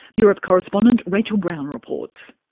europe correspondent rachael brown reports.